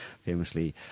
famously